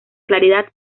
claridad